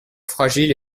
fragiles